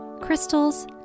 crystals